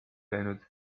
läinud